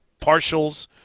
partials